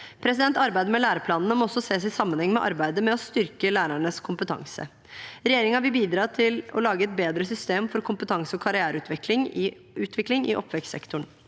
Arbeidet med læreplanene må også ses i sammenheng med arbeidet med å styrke lærernes kompetanse. Regjeringen vil bidra til å lage et bedre system for kompetanse- og karriereutvikling i oppvekstsektoren.